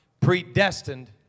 predestined